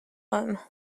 home